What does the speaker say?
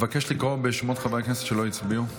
אבקש לקרוא בשמות חברי הכנסת שלא הצביעו.